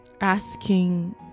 asking